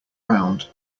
round